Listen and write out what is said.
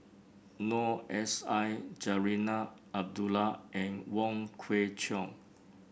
Noor S I Zarinah Abdullah and Wong Kwei Cheong